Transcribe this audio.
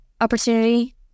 opportunity